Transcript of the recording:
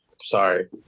Sorry